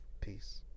Peace